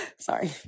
Sorry